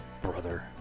Brother